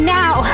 now